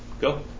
Go